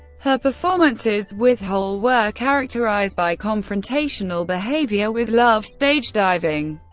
her performances with hole were characterized by confrontational behavior, with love stage diving,